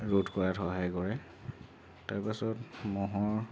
ৰোধ কৰাত সহায় কৰে তাৰপিছত ম'হৰ